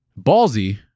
Ballsy